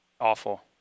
awful